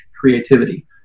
Creativity